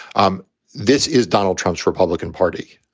um this is donald trump's republican party.